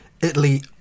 Italy